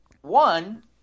One